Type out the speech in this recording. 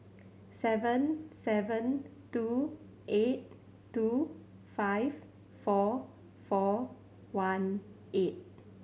seven seven two eight two five four four one eight